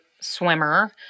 swimmer